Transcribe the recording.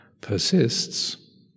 persists